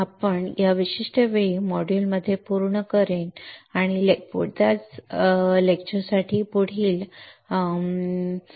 तर मी या विशिष्ट वेळी मॉड्यूल पूर्ण करेन आणि त्याच लेक्चरसाठी पुढील मॉड्यूलमध्ये आपण काय पाहणार आहोत